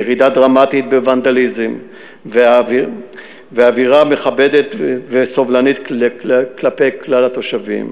ירידה דרמטית בוונדליזם ואווירה מכבדת וסובלנית כלפי כלל התושבים.